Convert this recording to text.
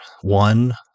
one